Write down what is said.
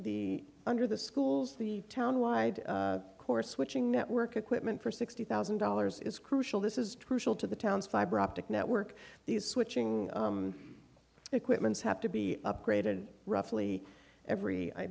the under the schools the town wide course switching network equipment for sixty thousand dollars is crucial this is truthful to the town's fiber optic network these switching equipments have to be upgraded roughly every i